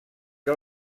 que